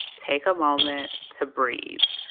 take a moment to breathe,